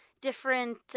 different